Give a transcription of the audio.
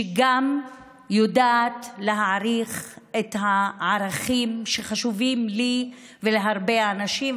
שגם יודעת להעריך את הערכים שחשובים לי ולהרבה אנשים,